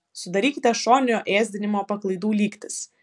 sudarykite šoninio ėsdinimo paklaidų lygtis